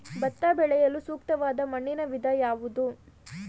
ಭತ್ತ ಬೆಳೆಯಲು ಸೂಕ್ತವಾದ ಮಣ್ಣಿನ ವಿಧ ಯಾವುದು?